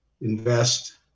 invest